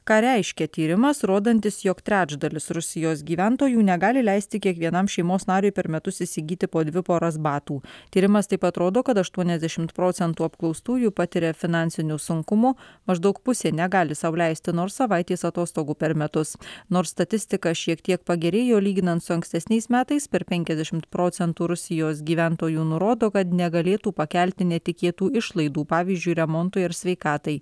ką reiškia tyrimas rodantis jog trečdalis rusijos gyventojų negali leisti kiekvienam šeimos nariui per metus įsigyti po dvi poras batų tyrimas taip pat rodo kad aštuoniasdešimt procentų apklaustųjų patiria finansinių sunkumų maždaug pusė negali sau leisti nors savaitės atostogų per metus nors statistika šiek tiek pagerėjo lyginant su ankstesniais metais per penkiasdešimt procentų rusijos gyventojų nurodo kad negalėtų pakelti netikėtų išlaidų pavyzdžiui remontui ar sveikatai